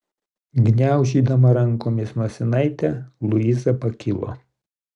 gniaužydama rankomis nosinaitę luiza pakilo